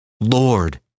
Lord